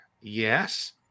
Yes